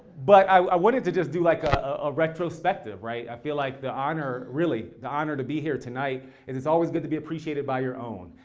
but i wanted to just do like a retrospective, right? i feel like the honor, really, the honor to be here tonight is it's always good to be appreciated by your own.